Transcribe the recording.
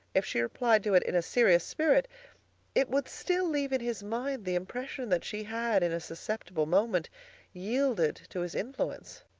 if she replied to it in a serious spirit it would still leave in his mind the impression that she had in a susceptible moment yielded to his influence.